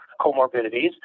comorbidities